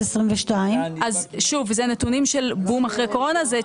שאלה אחרונה.